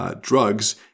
drugs